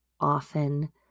often